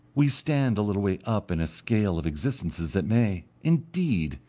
we stand a little way up in a scale of existences that may, indeed,